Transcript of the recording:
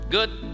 Good